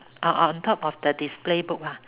on on on top of the display book lah